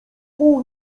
wpół